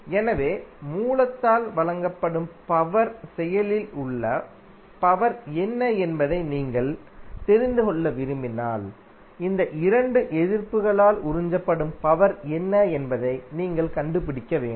எனவே மூலத்தால் வழங்கப்படும் பவர் செயலில் உள்ள பவர் என்ன என்பதை நீங்கள் தெரிந்து கொள்ள விரும்பினால் இந்த இரண்டு எதிர்ப்புகளால் உறிஞ்சப்படும் பவர் என்ன என்பதை நீங்கள் கண்டுபிடிக்க வேண்டும்